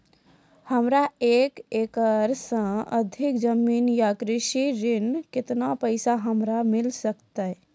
हमरा एक एकरऽ सऽ अधिक जमीन या कृषि ऋण केतना पैसा हमरा मिल सकत?